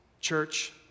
Church